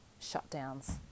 shutdowns